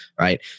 right